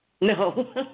No